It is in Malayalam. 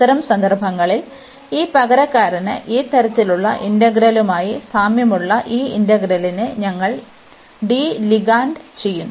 അത്തരം സന്ദർഭങ്ങളിൽ ഈ പകരക്കാരന് ഈ തരത്തിലുള്ള ഇന്റഗ്രലുമായി സാമ്യമുള്ള ഈ ഇന്റഗ്രലിനെ ഞങ്ങൾ ഡി ലിഗാൻഡ് ചെയ്യും